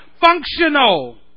Functional